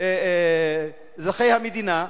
אזרחי המדינה,